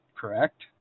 Correct